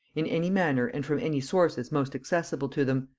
in any manner and from any sources most accessible to them,